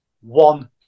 one